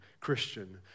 Christian